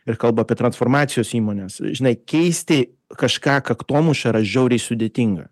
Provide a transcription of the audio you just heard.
ir kalba apie transformacijos įmones žinai keisti kažką kaktomuša yra žiauriai sudėtinga